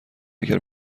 اگر